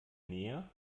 nähe